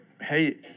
hey